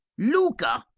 louka!